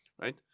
right